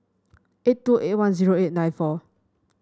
eight two eight one zero eight nine four